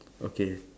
okay